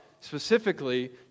specifically